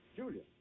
Julia